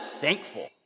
thankful